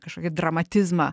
kažkokį dramatizmą